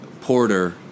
Porter